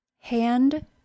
Hand